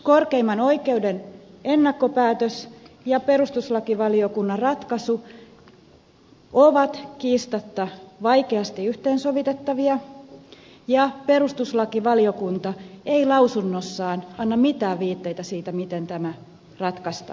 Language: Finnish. korkeimman oikeuden ennakkopäätös ja perustuslakivaliokunnan ratkaisu ovat kiistatta vaikeasti yhteen sovitettavia ja perustuslakivaliokunta ei lausunnossaan anna mitään viitteitä siitä miten tämä ratkaistaisiin